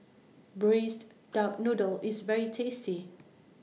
Braised Duck Noodle IS very tasty